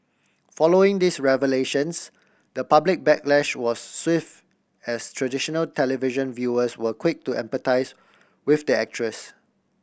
following these revelations the public backlash was swift as traditional television viewers were quick to empathise with the actress